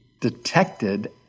detected